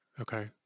Okay